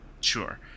sure